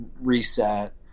reset